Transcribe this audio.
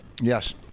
Yes